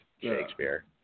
Shakespeare